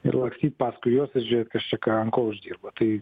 ir lakstyt paskui juos ir žiūrėt kas čia ką ant ko uždirbo tai